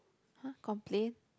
!huh! complain